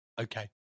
Okay